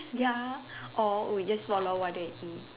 ya or we just follow what they eat